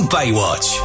Baywatch